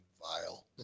vile